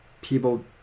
people